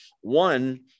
One